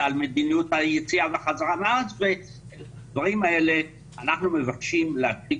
על מדיניות היציאה והחזרה לארץ ואת הדברים האלה אנחנו מבקשים להציג